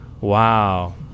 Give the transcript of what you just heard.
Wow